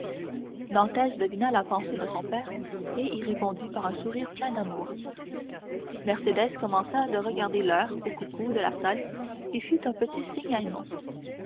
dantès devina la pensée de son père et y répondit par un sourire plein d'amour mercédès commença de regarder l'heure au coucou de la salle et fit un petit signe